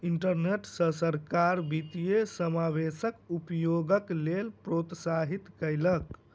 internet सॅ सरकार वित्तीय समावेशक उपयोगक लेल प्रोत्साहित कयलक